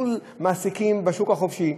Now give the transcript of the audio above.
מול מעסיקים בשוק החופשי,